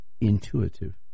intuitive